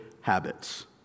habits